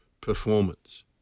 performance